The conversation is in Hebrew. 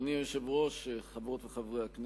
אדוני היושב-ראש, חברות וחברי הכנסת,